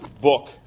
book